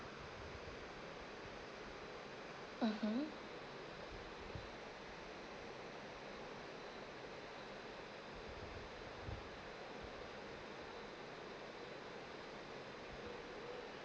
mmhmm